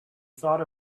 thought